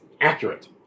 accurate